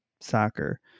soccer